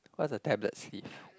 what's a tablet sleeve